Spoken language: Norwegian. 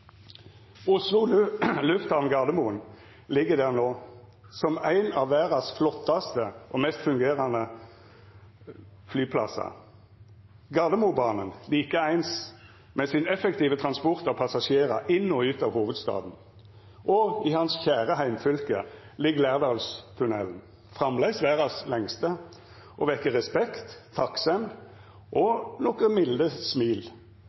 Oslo lufthavn Gardermoen ligg der no, som ein av verdas flottaste og mest velfungerande flyplassar, og Gardermobanen likeins, med sin effektive transport av passasjerar inn og ut av hovudstaden. Og i hans kjære heimfylke ligg Lærdalstunnelen – framleis verdas lengste – og vekkjer respekt, takksemd og nokre milde smil,